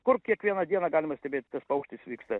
kur kiekvieną dieną galima stebėt tas paukštis vyksta